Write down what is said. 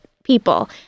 people